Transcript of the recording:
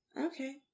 Okay